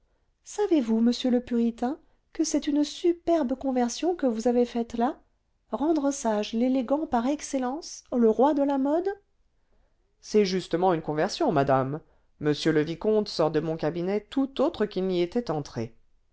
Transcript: savez-vous monsieur le puritain que c'est une superbe conversion que vous avez faite là rendre sage l'élégant par excellence le roi de la mode c'est justement une conversion madame m le vicomte sort de mon cabinet tout autre qu'il n'y était entré